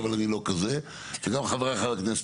זו הייתה אדמת מנהל במקור והיא מסרה אותה לעיריית תל אביב,